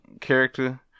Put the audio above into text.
character